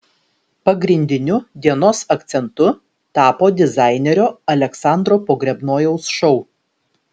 pagrindiniu dienos akcentu tapo dizainerio aleksandro pogrebnojaus šou